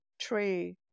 tree